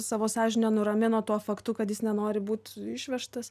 savo sąžinę nuramina tuo faktu kad jis nenori būt išvežtas